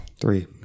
Three